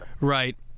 Right